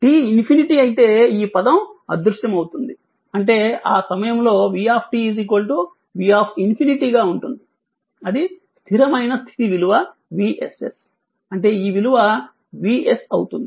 t ➝∞ అయితే ఈ పదం అదృశ్యమవుతుంది అంటే ఆ సమయంలో v V∞ గా ఉంటుంది అది స్థిరమైన స్థితి విలువ Vss అంటే ఈ విలువ Vs అవుతుంది